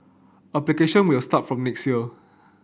application will start from next year